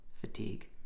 fatigue